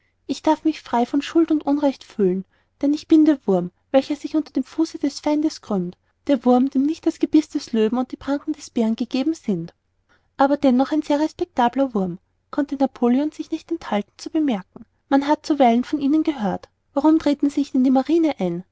ich darf mich frei von schuld und unrecht fühlen denn ich bin der wurm welcher sich unter dem fuße des feindes krümmt der wurm dem nicht das gebiß des löwen oder die pranken des bären gegeben sind aber dennoch ein sehr respektabler wurm konnte napoleon sich nicht enthalten zu bemerken man hat zuweilen von ihnen gehört warum treten sie nicht in die marine ein